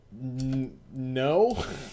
No